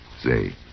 Say